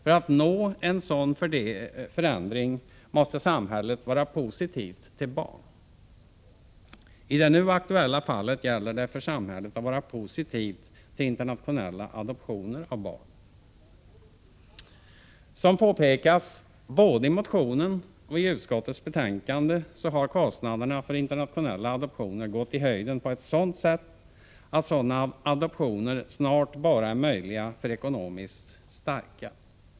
För att nå en sådan förändring måste samhället vara positivt till barn. I det nu aktuella fallet gäller det för samhället att vara positivt till internationella adoptioner av barn. Som påpekats både i motionen och i utskottets betänkande har kostnaderna för internationella adoptioner gått i höjden på ett sådant sätt att sådana adoptioner snart bara är möjliga för ekonomiskt starka.